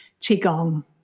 qigong